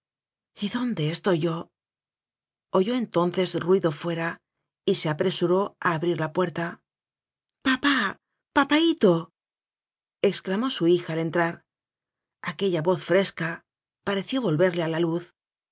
murmurando y dónde estoy yo oyó entonces ruido fuera y se apresuró a abrir la puerta papá papaíto exclamó su hija al entrar aquella voz fresca pareció volverle a la luz